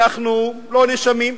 אנחנו לא נאשמים,